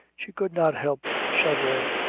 she could not help shuddering.